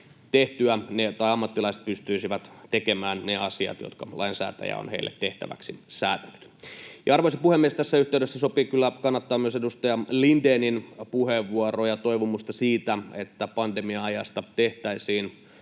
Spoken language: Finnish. niin, että ammattilaiset pystyisivät tekemään ne asiat, jotka lainsäätäjä on heille tehtäväksi säätänyt. Arvoisa puhemies! Tässä yhteydessä sopii kyllä kannattaa myös edustaja Lindénin puheenvuoroa ja toivomusta siitä, että pandemia-ajasta tehtäisiin